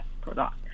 product